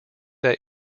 that